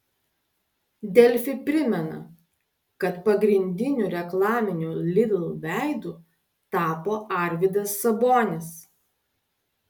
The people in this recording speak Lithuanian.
delfi primena kad pagrindiniu reklaminiu lidl veidu tapo arvydas sabonis